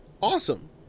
Awesome